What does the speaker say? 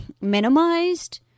minimized